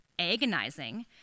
agonizing